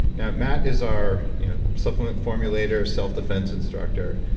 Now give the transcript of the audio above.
now matt is our you know supplement formulator, self-defense instructor.